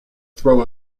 throw